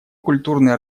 культурные